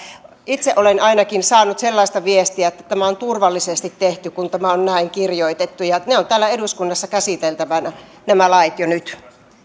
itse olen ainakin saanut sellaista viestiä että tämä on turvallisesti tehty kun tämä on näin kirjoitettu nämä lait ovat täällä eduskunnassa käsiteltävänä jo nyt